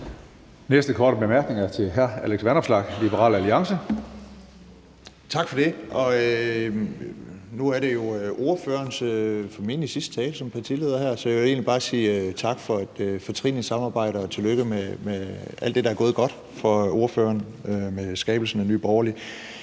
Næste korte bemærkning er fra hr. Alex Vanopslagh, Liberal Alliance. Kl. 20:24 Alex Vanopslagh (LA): Tak for det. Nu er det jo formentlig ordførerens sidste tale som partileder, så jeg vil egentlig bare sige tak for et fortrinligt samarbejde, og tillykke med alt det, der er gået godt for ordføreren med skabelsen af Nye Borgerlige.